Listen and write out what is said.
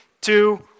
two